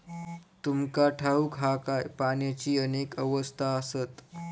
तुमका ठाऊक हा काय, पाण्याची अनेक अवस्था आसत?